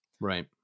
Right